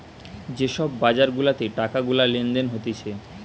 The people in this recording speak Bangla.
যে সব বাজার গুলাতে টাকা গুলা লেনদেন হতিছে